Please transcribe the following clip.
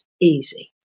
easy